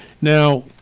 Now